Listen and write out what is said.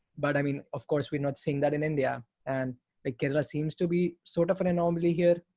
but i mean of course we're not seeing that in india, and like kerala seems to be sort of an anomaly here,